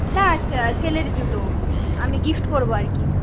না ছেলের জুতো আমি গিফট করব আর কি